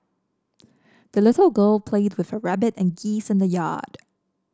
the little girl played with her rabbit and geese in the yard